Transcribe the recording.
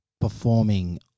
performing